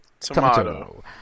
Tomato